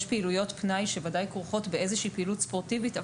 ישנן פעילויות פנאי שוודאי כרוכות באיזו שהיא פעילות ספורטיבית,